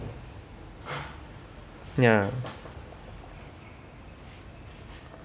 ya